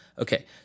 Okay